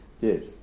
Yes